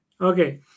okay